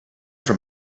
from